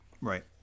Right